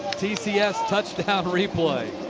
tcs touchdown replay.